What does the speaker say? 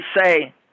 say